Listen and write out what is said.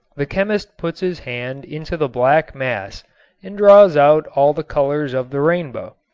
the chemist puts his hand into the black mass and draws out all the colors of the rainbow.